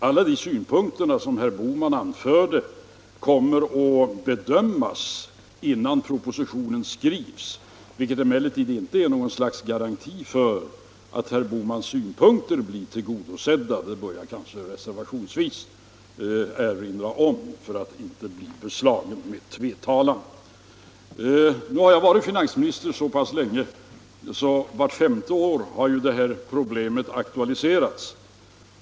Alla de synpunkter som herr Bohman anförde kommer att bedömas innan propositionen skrivs, vilket emellertid inte är någon garanti för att herr Bohmans önskemål blir tillgodosedda — det bör jag kanske reservationsvis erinra om för att inte bli beslagen med tvetalan. Jag har nu så länge varit finansminister att jag flera gånger med fem års mellanrum fått uppleva hur det problem vi nu behandlar aktualiserats.